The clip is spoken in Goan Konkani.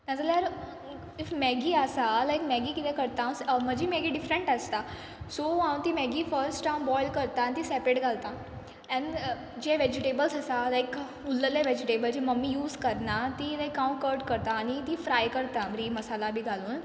नाजाल्यार ईफ मॅगी आसा लायक मॅगी कितें करता हांव स् म्हजी मॅगी डिफरंट आसता सो हांव ती मॅगी फस्ट हांव बॉयल करता आनी ती सॅपरेट घालता एन जे वॅजिटेबल्स आसा लायक उल्लले वॅजिटेबल जे मम्मी यूज करना ती लायक हांव कट करतां आनी ती फ्राय करता बरी मसाला बी घालून